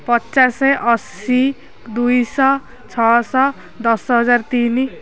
ପଚାଶ ଅଶୀ ଦୁଇଶହ ଛଅଶହ ଦଶ ହଜାର ତିନି